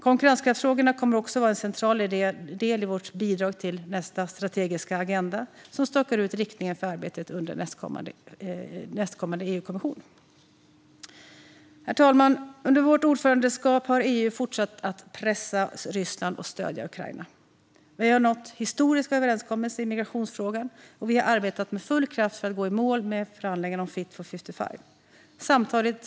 Konkurrenskraftsfrågorna kommer också att vara en central del i vårt bidrag till nästa strategiska agenda, som stakar ut riktningen för arbetet under nästkommande EU-kommission. Herr talman! Under vårt ordförandeskap har EU fortsatt att pressa Ryssland och stödja Ukraina. Vi har nått en historisk överenskommelse i migrationsfrågan, och vi har arbetat med full kraft för att gå i mål med förhandlingarna om Fit for 55.